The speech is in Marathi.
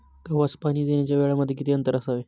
गव्हास पाणी देण्याच्या वेळांमध्ये किती अंतर असावे?